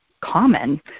common